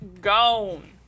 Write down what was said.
gone